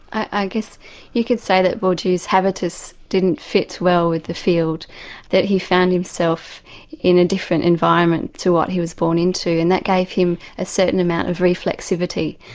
i guess you could say that borrdieu's habitus didn't fit well with the field that he found himself in a different environment to what he was born into, and that gave him a certain amount of reflexivity.